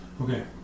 Okay